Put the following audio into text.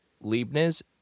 Leibniz